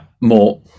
more